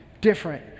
different